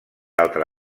altra